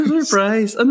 Surprise